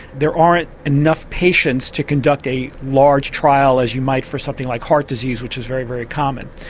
there aren't enough patients to conduct a large trial as you might for something like heart disease which is very, very common,